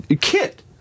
Kit